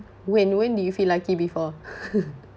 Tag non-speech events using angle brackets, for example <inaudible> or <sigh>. when when did you feel lucky before <laughs>